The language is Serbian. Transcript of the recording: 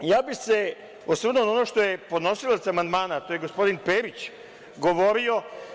Ja bih se osvrnuo na ono što je podnosilac amandmana, a to je gospodin Perić, govorio.